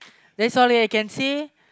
that's all that I can see